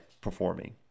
performing